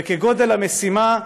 וכגודל המשימה,